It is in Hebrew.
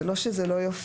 זה לא שזה לא יופיע,